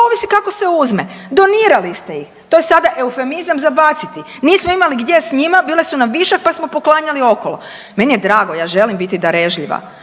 ovisi kako se uzme. Donirali ste ih. To je sada eufemizam za baciti. Nismo imali gdje s njima, bile su nam višak pa smo poklanjali okolo. Meni je drago, ja želim biti darežljiva,